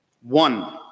One